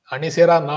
Anisera